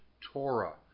Torah